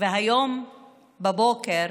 והיום בבוקר,